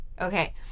Okay